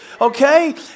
Okay